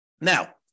Now